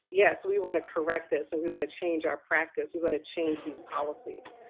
yes, we want to correct this and we want to change our practice. we want to change these policies.